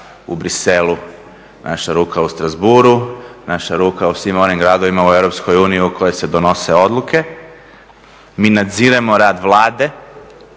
u Bruxellesu, naša ruka u Strassbourgu, naša ruka u svim onim gradovima u Europskoj uniji u kojima se donose odluke. Mi nadziremo rad Vlade